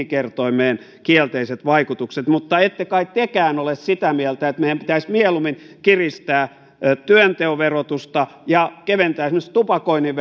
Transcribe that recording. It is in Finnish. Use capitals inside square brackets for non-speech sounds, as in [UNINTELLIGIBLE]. [UNINTELLIGIBLE] kertoimeen kielteiset vaikutukset mutta ette kai tekään ole sitä mieltä että meidän pitäisi mieluummin kiristää työnteon verotusta ja keventää esimerkiksi tupakoinnin [UNINTELLIGIBLE]